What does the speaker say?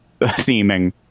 theming